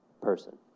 person